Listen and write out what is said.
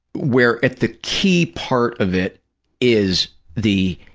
where at the key part of it is the,